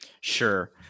Sure